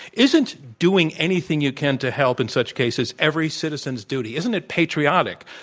isn't doing anything you can to help in such cases every citizen's doing? isn't it patriotic?